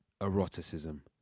eroticism